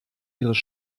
ihres